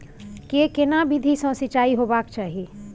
के केना विधी सॅ सिंचाई होबाक चाही?